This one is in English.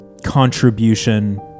contribution